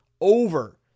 over